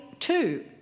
Two